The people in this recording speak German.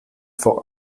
vor